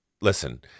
listen